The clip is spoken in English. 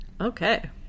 Okay